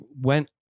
went